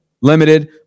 limited